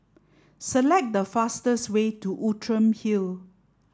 select the fastest way to Outram Hill